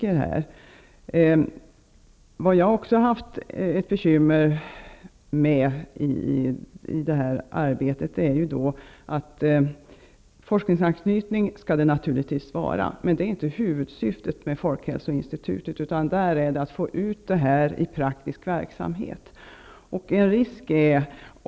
Ett annat bekymmer, som jag har upplevt det i det här arbetet, är att det naturligtvis skall vara forskningsanknytning men att detta inte är huvudsyftet med Folkhälsoinstitutet. Huvudsyftet är att få ut det här i praktiskt verksamhet.